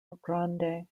grande